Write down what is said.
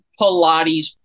Pilates